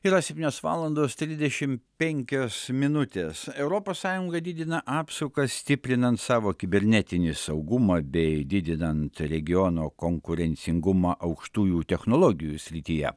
yra septynios valandos trisdešim penkios minutės europos sąjunga didina apsukas stiprinant savo kibernetinį saugumą bei didinant regiono konkurencingumą aukštųjų technologijų srityje